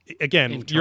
again